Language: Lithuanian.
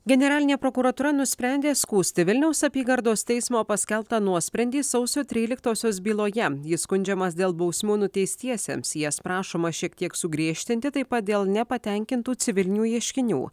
generalinė prokuratūra nusprendė skųsti vilniaus apygardos teismo paskelbtą nuosprendį sausio tryliktosios byloje jis skundžiamas dėl bausmių nuteistiesiems jas prašoma šiek tiek sugriežtinti taip pat dėl nepatenkintų civilinių ieškinių